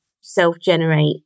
self-generate